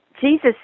Jesus